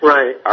Right